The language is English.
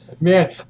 man